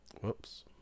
Whoops